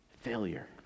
failure